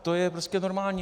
To je prostě normální.